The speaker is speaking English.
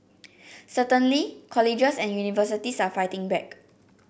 certainly colleges and universities are fighting back